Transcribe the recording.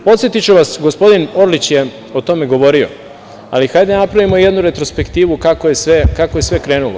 Podsetiću vas, gospodin Orlić je o tome govorio, ali hajde da napravimo jednu retrospektivu kako je sve krenulo.